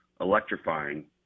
electrifying